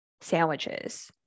sandwiches